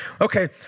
Okay